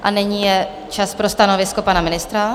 A nyní je čas pro stanovisko pana ministra.